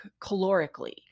calorically